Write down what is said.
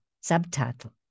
subtitle